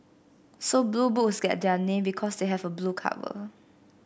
so Blue Books get their name because they have a blue cover